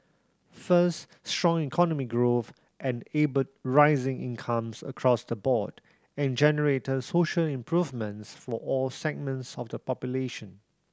first strong economic growth and able rising incomes across the board and generated social improvements for all segments of the population